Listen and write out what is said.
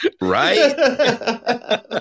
Right